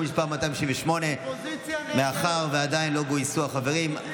מס' 268). מאחר שעדיין לא גויסו החברים,